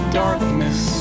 darkness